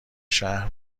شهر